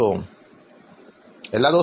അഭിമുഖം നടത്തുന്നയാൾ എല്ലാ ദിവസമോ